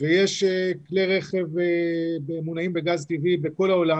ויש כלי רכב מוּנעים בגז טבעי בכל העולם,